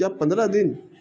کیا پندرہ دن